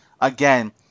Again